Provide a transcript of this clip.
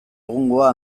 egungoa